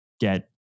get